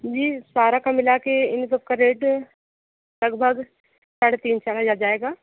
जी सारा का मिला कर इन सबका रेट लगभग साढ़े तीन चार हज़ार जाएगा